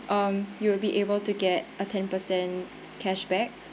um you will be able to get a ten percent cashback